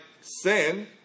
sin